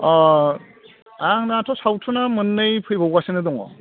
आंनाथ' सावथुना मोननै फैबावगासिनो दङ